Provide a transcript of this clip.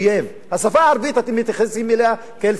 השפה הערבית, אתם מתייחסים אליה כאל שפת אויב.